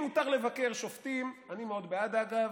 אם מותר לבקר שופטים, אני מאוד בעד, אגב,